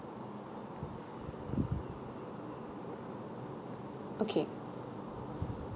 okay